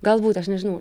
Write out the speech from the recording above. galbūt aš nežinau